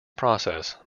process